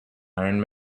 iron